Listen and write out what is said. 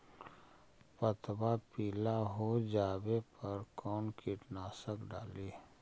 पतबा पिला हो जाबे पर कौन कीटनाशक डाली?